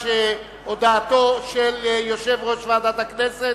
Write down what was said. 52 בעד הצעת יושב-ראש ועדת הכנסת,